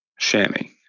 Shami